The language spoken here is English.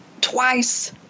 twice